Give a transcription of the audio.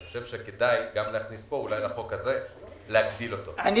אני חושב שכדאי להכניס גם פה בחוק הזה הגדלה שלו.